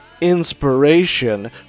inspiration